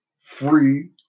free